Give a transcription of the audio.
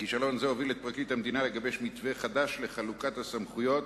כישלון זה הוביל את פרקליט המדינה לגבש מתווה חדש לחלוקת הסמכויות